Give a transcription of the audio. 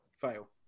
fail